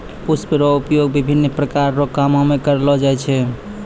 पुष्प रो उपयोग विभिन्न प्रकार रो कामो मे करलो जाय छै